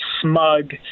smug